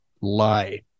lie